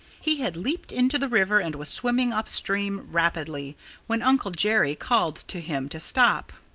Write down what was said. he had leaped into the river and was swimming up-stream rapidly when uncle jerry called to him to stop.